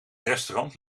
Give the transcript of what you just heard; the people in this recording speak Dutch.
restaurant